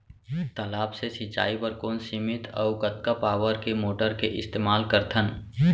तालाब से सिंचाई बर कोन सीमित अऊ कतका पावर के मोटर के इस्तेमाल करथन?